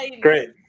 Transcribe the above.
Great